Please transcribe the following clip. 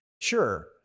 Sure